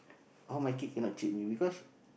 all my kid cannot cheat me because